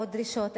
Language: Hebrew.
או דרישות,